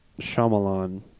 Shyamalan